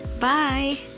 bye